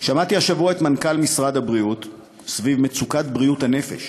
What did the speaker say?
שמעתי השבוע את מנכ"ל משרד הבריאות סביב מצוקת בריאות הנפש